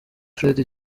fred